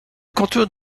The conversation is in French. canton